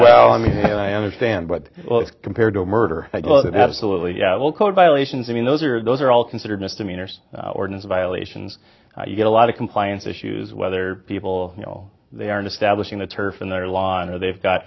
well i mean i understand but compared to murder well that's a little low code violations i mean those are those are all considered misdemeanors ordinance violations you get a lot of compliance issues whether people you know they are in establishing the turf in their lawn or they've got